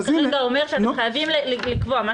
הסעיף כרגע אומר שאתם חייבים לקבוע.